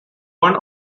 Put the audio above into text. one